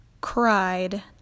Cried